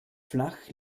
flach